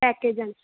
package ആണ്